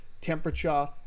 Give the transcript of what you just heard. temperature